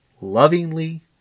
lovingly